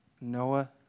Noah